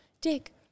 Dick